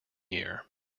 year